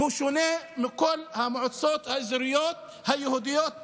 שונה מבכל המועצות האזוריות היהודיות בנגב.